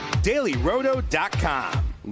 dailyroto.com